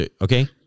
okay